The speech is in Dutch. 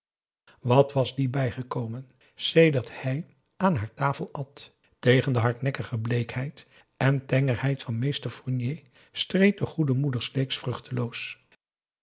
wat was die bijgekomen sedert hij aan haar tafel at tegen de hardnekkige bleekheid en tengerheid van mr fournier streed de goede moeder sleeks